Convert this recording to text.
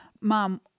mom